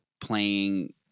playing